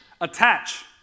attach